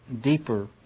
deeper